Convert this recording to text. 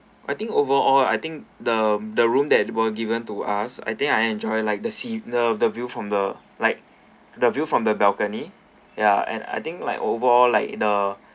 I think overall I think the the room that were given to us I think I enjoy like the scenary the the view from the like the view from the balcony yeah and I I think like overall like the